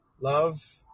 love